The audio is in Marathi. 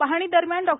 पाहणीदरम्यान डॉ